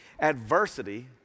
Adversity